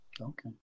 Okay